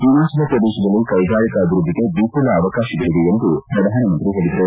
ಹಿಮಾಚಲ ಪ್ರದೇಶದಲ್ಲಿ ಕೈಗಾರಿಕಾ ಅಭಿವೃದ್ದಿಗೆ ವಿಘುಲ ಅವಕಾಶಗಳಿವೆ ಎಂದು ಪ್ರಧಾನಮಂತ್ರಿ ಹೇಳಿದರು